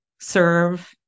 serve